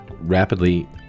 rapidly